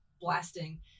blasting